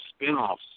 spinoffs